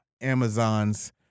Amazon's